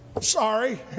Sorry